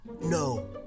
No